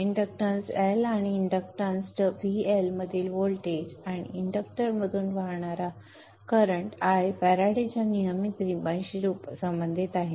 inductance L आणि inductance VL मधील voltage आणि इंडक्टरमधून वाहणारा करंट I फॅराडेच्या नियमाशी संबंधित आहेत